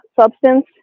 substance